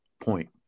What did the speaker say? point